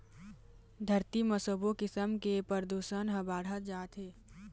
धरती म सबो किसम के परदूसन ह बाढ़त जात हे